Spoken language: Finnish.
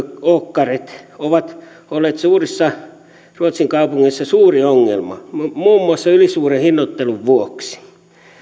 friåkaret ovat olleet suurissa ruotsin kaupungeissa suuri ongelma muun muassa ylisuuren hinnoittelun vuoksi